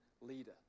leader